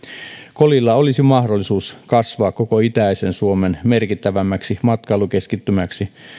kolilla olisi mahdollisuus kasvaa koko itäisen suomen merkittävimmäksi matkailukeskittymäksi